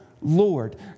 Lord